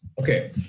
Okay